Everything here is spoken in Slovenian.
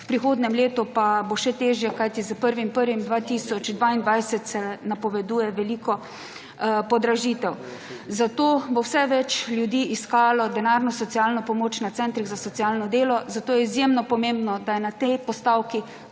v prihodnjem letu pa bo še težje, kajti s 1. 1. 2022 se napoveduje veliko podražitev. Zato bo vse več ljudi iskalo denarno socialno pomoč na centrih za socialno delo, zato je izjemno pomembno, da je na tej postavki